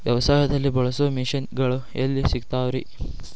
ವ್ಯವಸಾಯದಲ್ಲಿ ಬಳಸೋ ಮಿಷನ್ ಗಳು ಎಲ್ಲಿ ಸಿಗ್ತಾವ್ ರೇ?